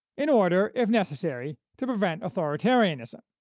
in order, if necessary, to prevent authoritarianism.